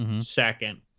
second